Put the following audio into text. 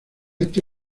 este